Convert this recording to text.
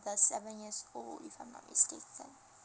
the seven years old if I'm not mistaken